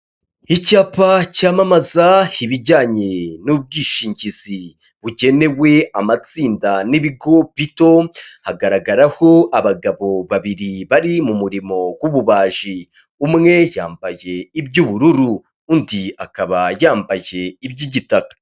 Icyapa cyamamaza ibijyanye n'ubwishingizi bugenewe amatsinda n'ibigo bito hagaragaraho abagabo babiri bari mu murimo w'ububaji, umwe yambaye iby'ubururu undi akaba yambaye iby'igitaka.